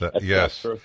Yes